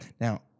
Now